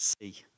see